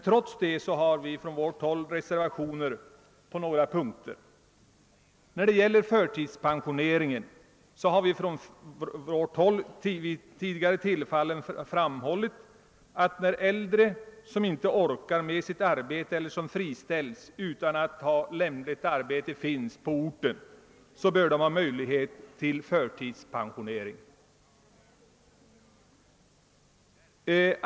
Trots detta har vi reserverat oss på några punkter. Beträffande förtidspensioneringen har vi vid tidigare tillfällen anfört, att när äldre inte orkar med sitt arbete eller friställs utan att annat lämpligt arbete finns på orten, bör det finnas möjligheter till förtidspensionering.